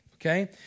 okay